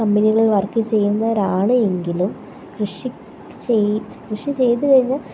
കമ്പനികളിൽ വർക്ക് ചെയ്യുന്നവരാണ് എങ്കിലും കൃഷി കൃഷി ചെയ്തു കഴിഞ്ഞാൽ